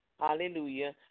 Hallelujah